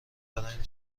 برایم